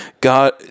God